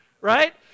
right